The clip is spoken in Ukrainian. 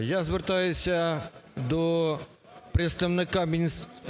Я звертаюся до представника